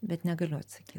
bet negaliu atsakyt